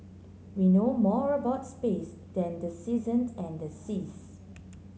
we know more about space than the season and seas